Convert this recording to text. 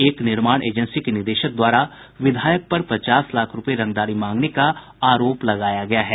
एक निर्माण एजेंसी के निदेशक द्वारा विधायक पर पचास लाख रूपये रंगदारी मांगने का आरोप लगाया गया है